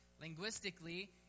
Linguistically